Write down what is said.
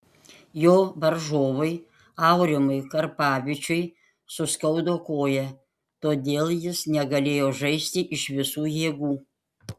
jo varžovui aurimui karpavičiui suskaudo koją todėl jis negalėjo žaisti iš visų jėgų